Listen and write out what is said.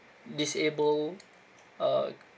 disabled uh